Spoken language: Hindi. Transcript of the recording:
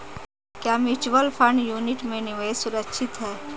क्या म्यूचुअल फंड यूनिट में निवेश सुरक्षित है?